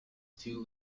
too